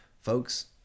folks